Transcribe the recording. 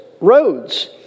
roads